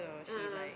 a'ah